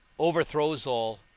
overthrows all,